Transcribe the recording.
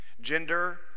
gender